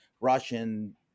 Russian